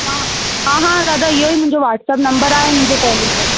हा हा हा दादा इयो ई मुंहिंजो वाट्सप नम्बर आहे मुंहिंजो कॉलिंग जो